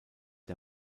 der